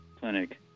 clinic